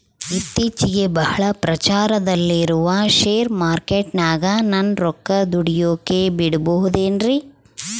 ಇತ್ತೇಚಿಗೆ ಬಹಳ ಪ್ರಚಾರದಲ್ಲಿರೋ ಶೇರ್ ಮಾರ್ಕೇಟಿನಾಗ ನನ್ನ ರೊಕ್ಕ ದುಡಿಯೋಕೆ ಬಿಡುಬಹುದೇನ್ರಿ?